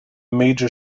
major